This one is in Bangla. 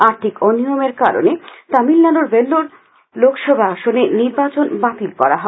আর্থিক অনিয়মের কারণে তামিলনাডুর ভেল্লোর লোকসভা আসনে নির্বাচন বাতিল করা হয়